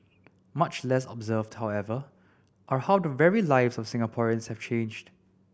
much less observed however are how the very lives of Singaporeans have changed